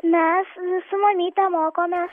mes su mamyte mokomės